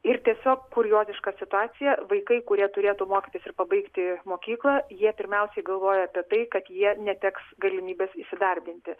ir tiesiog kurioziška situacija vaikai kurie turėtų mokytis ir pabaigti mokyklą jie pirmiausia galvoja apie tai kad jie neteks galimybės įsidarbinti